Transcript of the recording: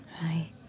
Right